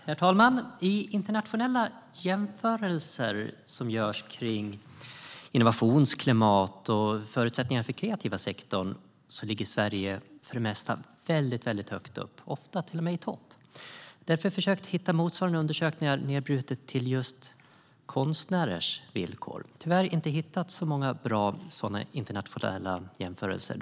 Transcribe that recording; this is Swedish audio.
Herr talman! I internationella jämförelser som görs av innovationsklimat och förutsättningar för den kreativa sektorn ligger Sverige för det mesta högt upp, ofta till och med i topp. Därför har jag försökt hitta motsvarande undersökningar nedbrutna till just konstnärers villkor men har tyvärr inte hittat så många bra sådana internationella jämförelser.